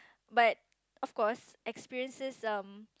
but of course experiences um